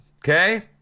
okay